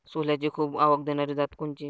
सोल्याची खूप आवक देनारी जात कोनची?